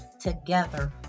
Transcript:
Together